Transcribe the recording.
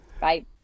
Bye